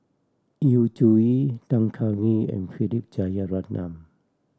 Yu Zhuye Tan Kah Kee and Philip Jeyaretnam